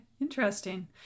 Interesting